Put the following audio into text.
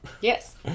Yes